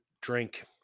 drink